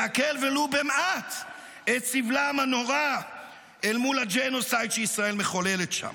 להקל ולו במעט את סבלם הנורא אל מול הג'נוסייד שישראל מחוללת שם,